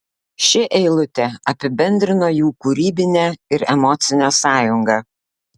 ši eilutė apibendrino jų kūrybinę ir emocinę sąjungą